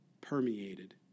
Permeated